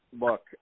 look